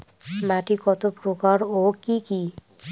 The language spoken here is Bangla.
মাটি কতপ্রকার ও কি কী?